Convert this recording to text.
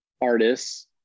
artists